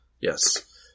Yes